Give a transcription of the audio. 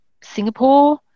Singapore